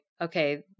okay